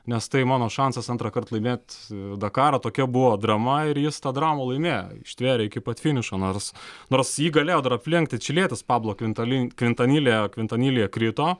nes tai mano šansas antrąkart laimėt dakarą tokia buvo drama ir jis tą dramų laimėjo ištvėrė iki pat finišo nors nors jį galėjo dar aplenkti čilietis pablo kvintali kvintanilja kvintanilja krito